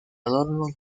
adorno